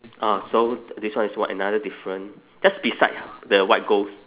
orh so this one is what another different that's beside the white ghost